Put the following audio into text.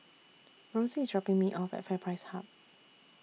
Rosey IS dropping Me off At FairPrice Hub